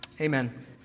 Amen